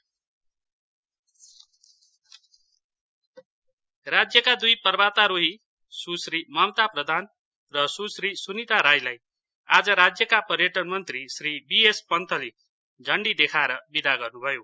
पर्वतारोहण राज्यका दुई पर्वतारोही सुश्री ममता प्रधान र सुश्री सुनिता राईलाई आज राज्यका पर्यटन मन्त्री श्री बीएस पन्तले झण्डी देखाएर बिदा गर्नु भयो